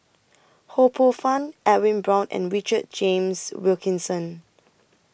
Ho Poh Fun Edwin Brown and Richard James Wilkinson